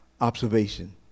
Observation